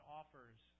offers